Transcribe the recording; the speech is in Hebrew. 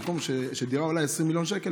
במקום שבו דירה עולה 20 מיליון שקל